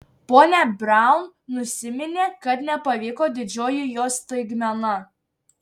ponia braun nusiminė kad nepavyko didžioji jos staigmena